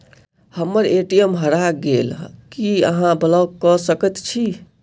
हम्मर ए.टी.एम हरा गेल की अहाँ ब्लॉक कऽ सकैत छी?